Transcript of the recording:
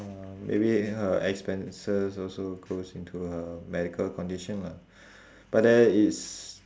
uh maybe her expenses also goes into her medical condition lah but then it's